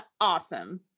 awesome